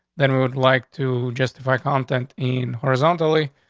then we would like to justify content in horizontally.